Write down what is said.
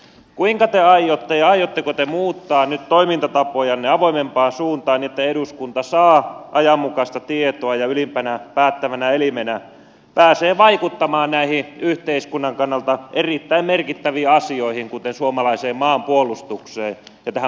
aiotteko te ja kuinka te aiotte muuttaa nyt toimintatapojanne avoimempaan suuntaan niin että eduskunta saa ajanmukaista tietoa ja ylimpänä päättävänä elimenä pääsee vaikuttamaan näihin yhteiskunnan kannalta erittäin merkittäviin asioihin kuten suomalaiseen maanpuolustukseen ja tähän puolustusvoimauudistukseen